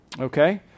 okay